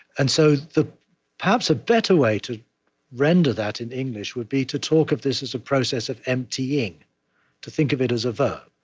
and so perhaps a better way to render that in english would be to talk of this as a process of emptying to think of it as a verb.